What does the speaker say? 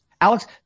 Alex